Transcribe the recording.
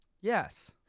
Yes